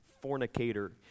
fornicator